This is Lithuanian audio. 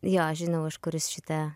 jo žinau iš kur jūs šitą